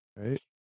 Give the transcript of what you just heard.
Right